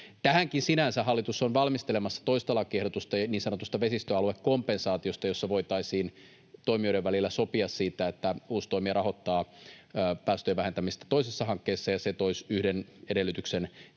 Tähänkin sinänsä hallitus on valmistelemassa toista lakiehdotusta niin sanotusta vesistöaluekompensaatiosta, jossa voitaisiin toimijoiden välillä sopia siitä, että uusi toimija rahoittaa päästöjen vähentämistä toisessa hankkeessa. Se toisi yhden edellytyksen tietyin